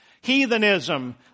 Heathenism